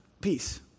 peace